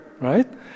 right